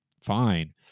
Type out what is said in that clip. fine